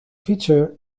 fietser